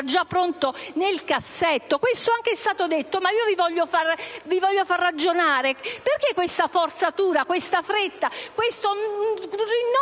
già pronto nel cassetto! Anche questo è stato evidenziato, ma io vi voglio far ragionare. Perché questa forzatura, questa fretta, questo nuovo